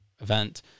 event